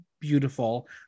beautiful